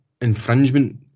infringement